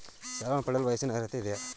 ಸಾಲವನ್ನು ಪಡೆಯಲು ವಯಸ್ಸಿನ ಅರ್ಹತೆ ಇದೆಯಾ?